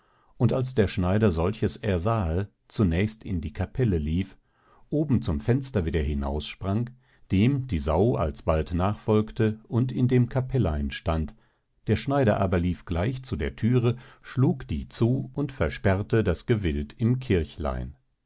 und als der schneider solches ersahe zunächst in die capelle lief oben zum fenster wieder hinaussprang dem die sau alsbald nachfolgte und in dem capellein stand der schneider aber lief gleich zu der thüre schlug die zu und versperrte das gewild im kirchlein